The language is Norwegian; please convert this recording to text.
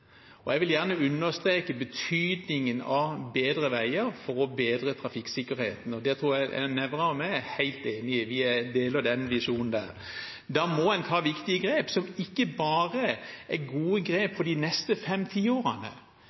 og jeg vil gjerne understreke betydningen av bedre veier for å bedre trafikksikkerheten. Der tror jeg at Nævra og jeg er helt enige; vi deler den visjonen. Da må en ta viktige grep som ikke er gode grep for bare de neste